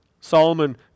Solomon